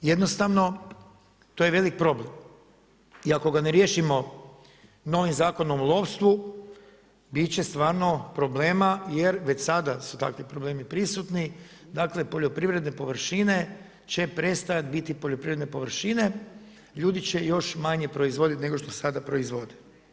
Jednostavno to je velik problem i ako ga ne riješimo novim Zakonom o lovstvu, bit će stvarno problema jer već sada su takvi problemi prisutni, dakle poljoprivredne površine će prestajat biti poljoprivredne površine, ljudi će još manje proizvoditi nego što sada proizvode.